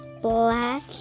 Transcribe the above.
black